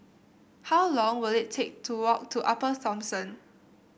how long will it take to walk to Upper Thomson